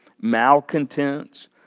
malcontents